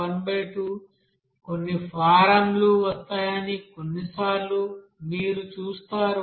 y1xmx2n½ కొన్ని ఫారమ్లు వస్తాయని కొన్నిసార్లు మీరు చూస్తారు